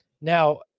now